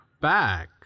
back